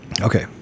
Okay